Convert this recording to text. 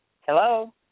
Hello